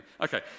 Okay